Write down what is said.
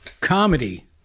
Comedy